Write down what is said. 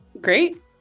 Great